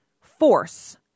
force